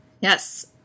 yes